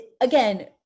Again